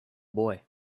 boy